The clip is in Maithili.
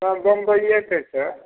बम्बइये छै से